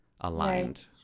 aligned